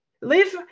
Live